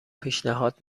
پیشنهاد